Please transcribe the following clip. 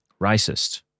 racist